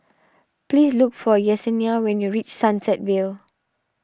please look for Yessenia when you reach Sunset Vale